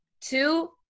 Two